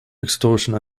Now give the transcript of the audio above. extortion